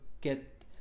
get